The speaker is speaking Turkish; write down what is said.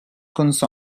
konusu